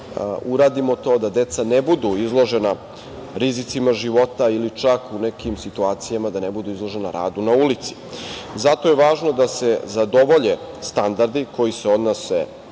uradimo to da deca ne budu izložena rizicima života ili čak u nekim situacijama da ne budu izložena radu na ulici. Zato je važno da se zadovolje standardi koji se odnose,